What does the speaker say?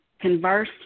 converse